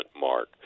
Mark